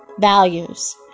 values